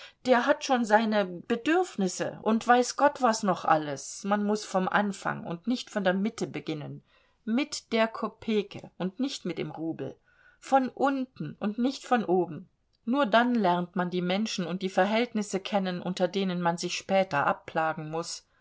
der hat schon seine bedürfnisse und weiß gott was noch alles man muß vom anfang und nicht von der mitte beginnen mit der kopeke und nicht mit dem rubel von unten und nicht von oben nur dann lernt man die menschen und die verhältnisse kennen unter denen man sich später abplagen muß